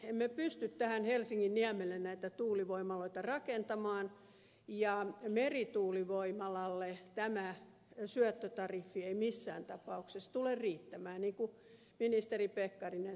emme pysty tähän helsinginniemelle näitä tuulivoimaloita rakentamaan ja merituulivoimalalle tämä syöttötariffi ei missään tapauksessa tule riittämään niin kuin ministeri pekkarinen sanoi